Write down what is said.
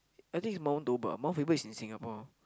I think it's Mount-Toba Mount-Faber is in Singapore